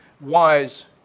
wise